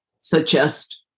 suggest